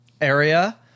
area